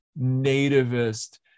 nativist